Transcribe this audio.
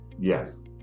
Yes